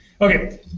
Okay